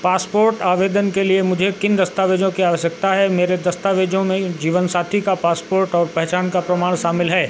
passport आवेदन के लिए मुझे किन दस्तावेज़ों की आवश्यकता है मेरे दस्तावेज़ों में जीवन साथी का पासपोर्ट और पहचान का प्रमाण शामिल हैं